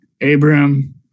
Abraham